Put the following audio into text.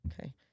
okay